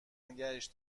نگهش